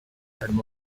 harimo